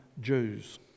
Jews